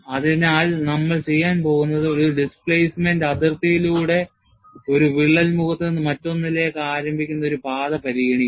അതിനാൽ നമ്മൾ ചെയ്യാൻ പോകുന്നത് ഒരു സ്പെസിമെൻിന്റെ അതിർത്തിയിലൂടെ ഒരു വിള്ളൽ മുഖത്ത് നിന്ന് മറ്റൊന്നിലേക്ക് ആരംഭിക്കുന്ന ഒരു പാത പരിഗണിക്കുക